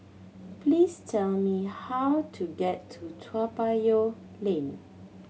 please tell me how to get to Toa Payoh Lane